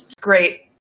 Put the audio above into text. Great